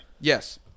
Yes